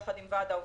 יחד עם ועד העובדים,